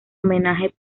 homenaje